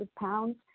pounds